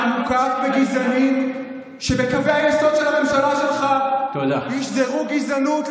אתה מוקף בגזענים שבקווי היסוד של הממשלה שלך ישזרו גזענות,